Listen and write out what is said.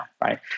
right